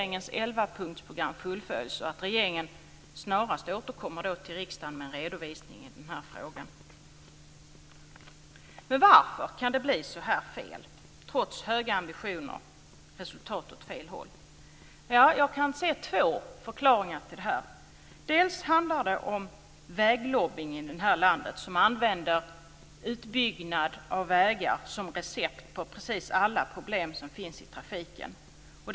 Men varför kan det bli så här fel? Varför får vi, trots höga ambitioner, ett resultat åt fel håll? Jag kan se två förklaringar. Först och främst handlar det om väglobbyn i det här landet, som använder utbyggnad av vägar som recept mot precis alla problem som finns i trafiken.